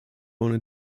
ohne